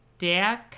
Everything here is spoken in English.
Der